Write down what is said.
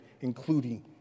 including